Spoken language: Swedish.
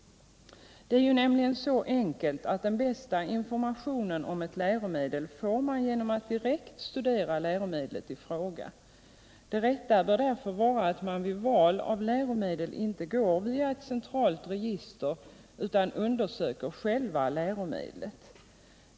Det är nämligen så enkelt att den bästa informationen om ett läromedel får man genom att direkt studera läromedlet i fråga. Det rätta bör därför vara att man vid val av läromedel inte går via ett centralt register utan undersöker själva läromedlet.